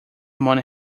money